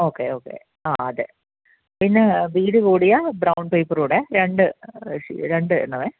okay okay അഹ് അതെ പിന്നെ വീതി കൂടിയ ബ്രൗൺ പേപ്പറൂടെ രണ്ട് രണ്ട് എണ്ണമേ